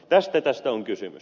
tästä tässä on kysymys